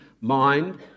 mind